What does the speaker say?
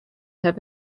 have